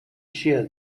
shear